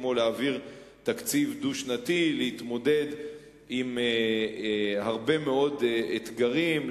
כגון להעביר תקציב דו-שנתי כדי להתמודד עם הרבה מאוד אתגרים,